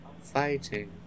fighting